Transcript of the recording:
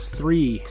three